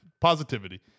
positivity